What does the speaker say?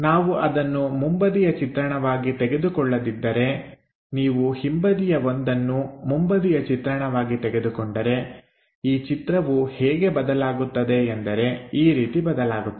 ನಾವು ಅದನ್ನು ಮುಂಬದಿಯ ಚಿತ್ರಣವಾಗಿ ತೆಗೆದುಕೊಳ್ಳದಿದ್ದರೆ ನೀವು ಹಿಂಬದಿಯ ಒಂದನ್ನು ಮುಂಬದಿಯ ಚಿತ್ರಣವಾಗಿ ತೆಗೆದುಕೊಂಡರೆ ಈ ಚಿತ್ರವು ಹೇಗೆ ಬದಲಾಗುತ್ತದೆ ಎಂದರೆ ಈ ರೀತಿ ಬದಲಾಗುತ್ತದೆ